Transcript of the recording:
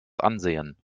ansehen